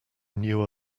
knew